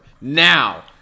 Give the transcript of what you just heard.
Now